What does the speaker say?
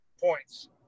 points